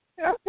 Okay